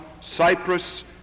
Cyprus